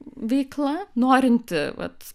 veikla norint vat